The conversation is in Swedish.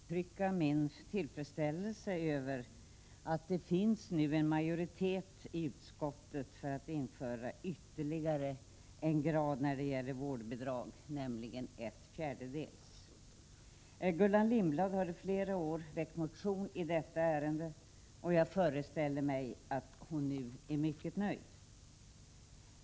Herr talman! Jag vill börja med att uttrycka min tillfredsställelse över att det finns en majoritet i utskottet för att införa ytterligare en grad av vårdbidrag, nämligen ett fjärdedels. Gullan Lindblad har i flera år väckt motion i detta ärende, och jag föreställer mig att hon nu är mycket nöjd.